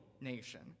nation